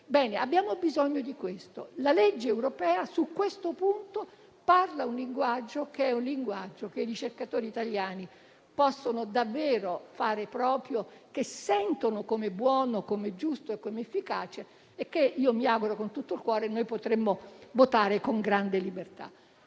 abbiamo bisogno di questo. La legge europea sul punto parla un linguaggio che i ricercatori italiani possono davvero fare proprio, che sentono come buono, giusto ed efficace e che mi auguro con tutto il cuore potremo votare con grande libertà.